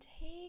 Take